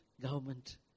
government